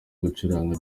gucuranga